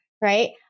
right